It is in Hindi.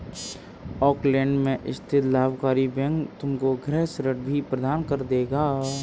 ऑकलैंड में स्थित लाभकारी बैंक तुमको गृह ऋण भी प्रदान कर देगा